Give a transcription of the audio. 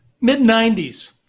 Mid-90s